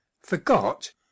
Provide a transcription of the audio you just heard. forgot